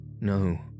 No